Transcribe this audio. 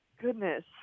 Goodness